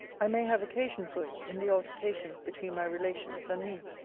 i may have occasion for it, in the altercations between my relations and me.